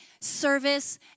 Service